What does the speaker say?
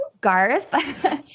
Garth